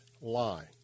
lie